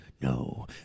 No